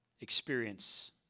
experience